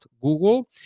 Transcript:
google